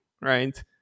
right